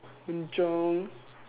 Wen Zhong